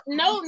no